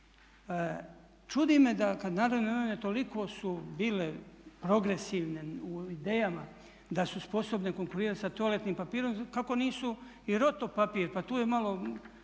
Čudi me da kada Narodne novine toliko su bile progresivne u idejama da su sposobne konkurirati sa toaletnim papirom kako nisu i Roto Papir, pa tu je malo